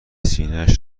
سینهاش